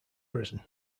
prison